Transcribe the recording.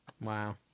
Wow